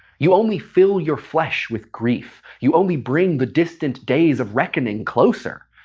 you only fill your flesh with grief, you only bring the distant days of reckoning closer.